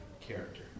character